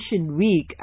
Week